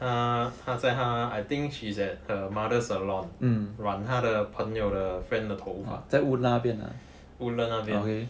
她在她 I think she's at mother's salon 染她的朋友的 friend 的头发 woodland